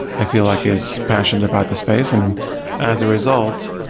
i feel like is passionate about the space. and as a result,